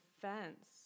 defense